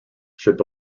should